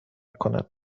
کند